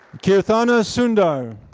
keerthana sundar.